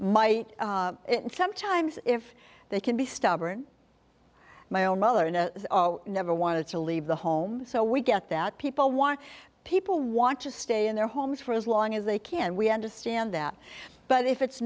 might sometimes if they can be stubborn my own mother and i never want to leave the home so we get that people want people want to stay in their homes for as long as they can we understand that but if it's